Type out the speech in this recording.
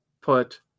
put